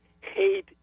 Hate